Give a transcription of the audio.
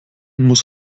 muss